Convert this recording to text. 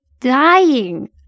dying